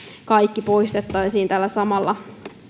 kaikki poistettaisiin tällä samalla